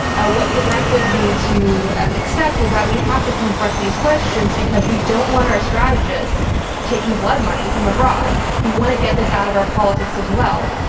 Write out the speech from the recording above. ah what progressives need to accept is that we have to confront these questions because we don't want our strategists taking blood money from abroad. we want to get this out of our politics as well.